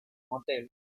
hotel